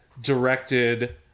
directed